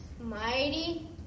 Mighty